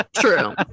true